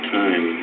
time